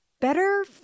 better